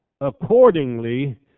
accordingly